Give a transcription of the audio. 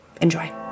enjoy